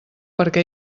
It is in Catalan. perquè